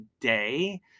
day